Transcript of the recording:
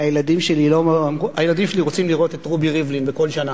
הילדים שלי רוצים לראות את רובי ריבלין בכל שנה.